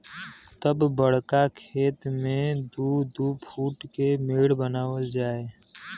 तब बड़का खेत मे दू दू फूट के मेड़ बनावल जाए